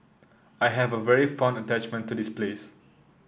I have a very fond attachment to this place